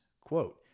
Quote